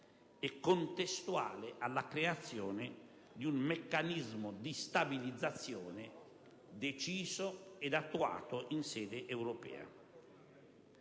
e contestuale alla creazione di un meccanismo di stabilizzazione deciso e attuato in sede europea.